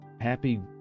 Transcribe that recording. happy